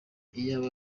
iyaba